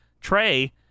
trey